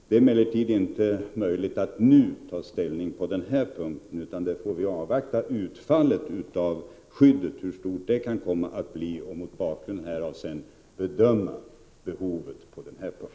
Det är emellertid inte möjligt att nu ta ställning på denna punkt. Vi får först avvakta utfallet vad beträffar skördeskadebeloppens storlek och bedömningen av vilka behov som kan föreligga.